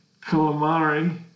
calamari